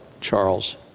Charles